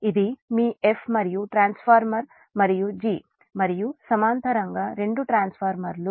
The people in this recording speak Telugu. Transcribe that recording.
ఇది మీ f మరియు ట్రాన్స్ఫార్మర్ మరియు g మరియు సమాంతరంగా రెండు ట్రాన్స్ఫార్మర్లు